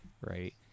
right